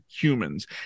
humans